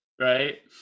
right